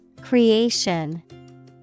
Creation